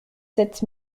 sept